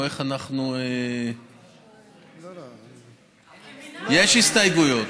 יש הסתייגויות.